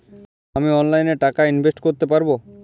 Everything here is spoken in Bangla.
আমি অনলাইনে টাকা ইনভেস্ট করতে পারবো?